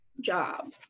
job